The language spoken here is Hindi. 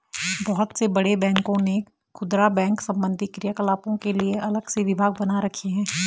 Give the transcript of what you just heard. बहुत से बड़े बैंकों ने खुदरा बैंक संबंधी क्रियाकलापों के लिए अलग से विभाग बना रखे हैं